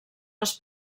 les